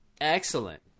excellent